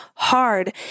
Hard